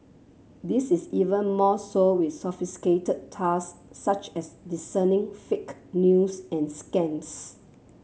this is even more so with sophisticated task such as discerning fake news and scams